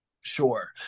sure